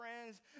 friends